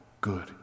good